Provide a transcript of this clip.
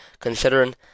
considering